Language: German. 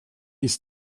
ist